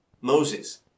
Moses